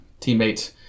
teammate